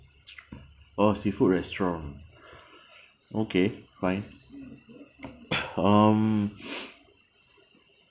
oh seafood restaurant okay fine um